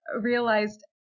realized